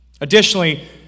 Additionally